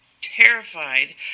Terrified